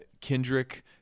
Kendrick